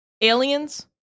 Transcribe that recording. aliens